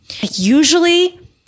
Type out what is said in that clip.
Usually